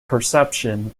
perception